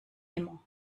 immer